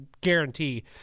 guarantee